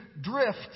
drift